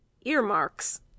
Earmarks